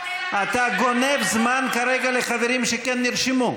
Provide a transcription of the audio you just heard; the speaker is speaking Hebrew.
אתה גונב זמן כרגע לחברים שכן נרשמו,